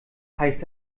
heißt